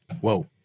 Whoa